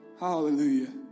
Hallelujah